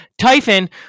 Typhon